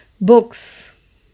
books